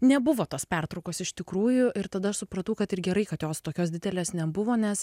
nebuvo tos pertraukos iš tikrųjų ir tada aš supratau kad ir gerai kad jos tokios didelės nebuvo nes